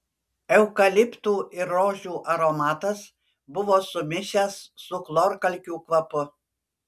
eukaliptų ir rožių aromatas buvo sumišęs su chlorkalkių kvapu